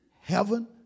Heaven